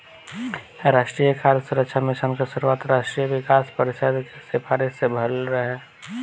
राष्ट्रीय खाद्य सुरक्षा मिशन के शुरुआत राष्ट्रीय विकास परिषद के सिफारिस से भइल रहे